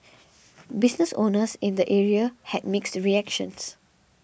business owners in the area had mixed reactions